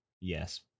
yes